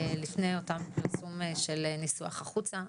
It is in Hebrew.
לפני הפרסום של הניסוח החוצה.